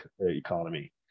economy